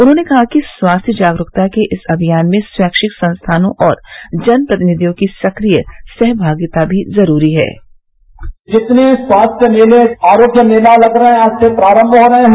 उन्होंने कहा कि स्वास्थ्य जागरूकता के इस अमियान में स्वैछिक संस्थाओं और जनप्रतिनिवियों की सक्रिय सहमागिता भी ज़रूरी है जितने स्वास्थ्य मेले आरोग्य मेता लग रहे हैं आज से प्रारम्भ हो रहे हैं